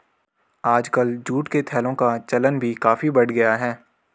आजकल जूट के थैलों का चलन भी काफी बढ़ गया है